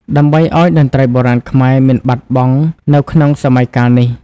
ដើម្បីឲ្យតន្ត្រីបុរាណខ្មែរមិនបាត់បង់នៅក្នុងសម័យកាលនេះ។